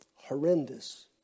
Horrendous